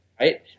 Right